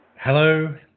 Hello